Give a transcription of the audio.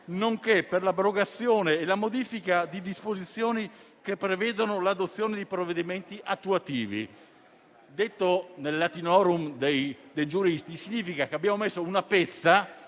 "nonché per l'abrogazione o la modifica di disposizioni che prevedono l'adozione di provvedimenti attuativi". Detto nel *latinorum* dei giuristi, significa che abbiamo messo una pezza